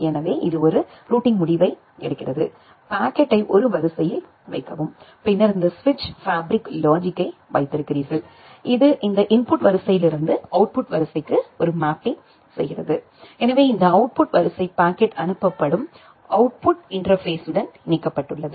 எனவே இது ஒரு ரூட்டிங் முடிவை எடுக்கிறது பாக்கெட்டை ஒரு வரிசையில் வைக்கவும் பின்னர் இந்த சுவிட்ச் ஃபேப்ரிக் லாஜிக்யை வைத்திருக்கிறீர்கள் இது இந்த இன்புட் வரிசையிலுருந்து இருந்து அவுட்புட் வரிசைக்கு ஒரு மேப்பிங் செய்கிறது எனவே இந்த அவுட்புட் வரிசை பாக்கெட் அனுப்பப்படும் அவுட்புட் இன்டர்பேஸ்ஸுடன் இணைக்கப்பட்டுள்ளது